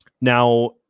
now